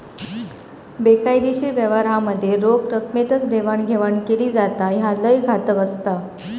बेकायदेशीर व्यवहारांमध्ये रोख रकमेतच देवाणघेवाण केली जाता, ह्या लय घातक असता